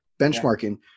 benchmarking